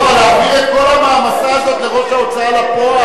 אבל להעביר את כל המעמסה הזאת לראש ההוצאה לפועל,